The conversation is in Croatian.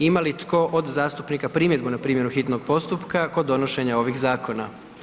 Ima li tko od zastupnika primjedbu na primjenu hitnog postupka kod donošenja ovih zakona?